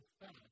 fact